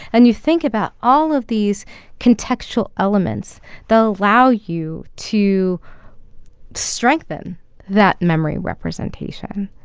and you think about all of these contextual elements that allow you to strengthen that memory representation.